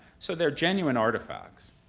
so they're genuine artifacts.